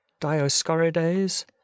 Dioscorides